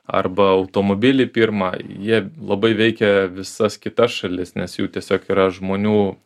arba automobilį pirmą jie labai veikia visas kitas šalis nes jų tiesiog yra žmonių